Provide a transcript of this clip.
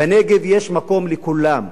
בנגב יש מקום לכולם.